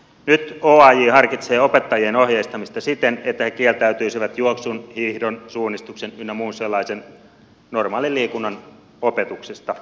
nyt oaj harkitsee opettajien ohjeistamista siten että he kieltäytyisivät juoksun hiihdon suunnistuksen ynnä muun sellaisen normaalin liikunnan opetuksesta